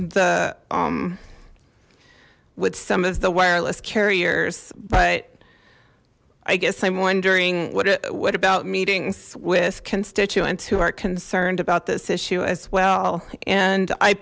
the with some of the wireless carriers but i guess i'm wondering what what about meetings with constituents who are concerned about this issue as well and i